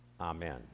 Amen